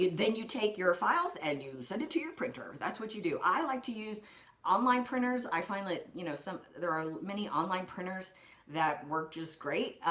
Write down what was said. then you take your files and you send it to your printer, that's what you do. i like to use online printers. i find that, you know, so there are many online printers that work just great,